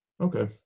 Okay